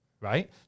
right